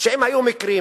שאם היו מקרים,